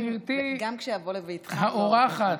גם כשאבוא לביתך לא, גברתי האורחת,